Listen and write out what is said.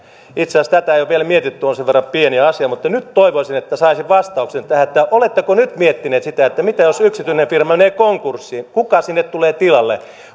itse asiassa tätä ei ole vielä mietitty on sen verran pieni asia mutta nyt toivoisin että saisin vastauksen tähän oletteko nyt miettineet sitä että jos yksityinen firma menee konkurssiin kuka sinne tulee tilalle